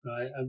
Right